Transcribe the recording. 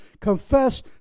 confess